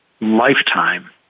lifetime